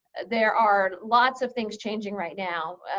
there are lots of things changing right now,